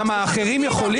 למה, אחרים יכולים?